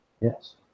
Yes